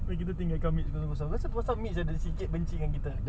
cuba kita tinggal kan mit apa sal si jack benci dengan kita